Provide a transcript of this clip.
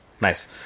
Nice